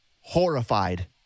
horrified